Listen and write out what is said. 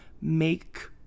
Make